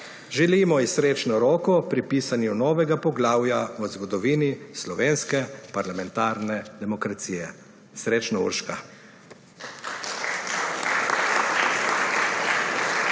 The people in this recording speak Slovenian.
Želimo ji srečno roko pri pisanju novega poglavja v zgodovini slovenske parlamentarne demokracije. Srečno, Urška!